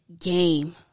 game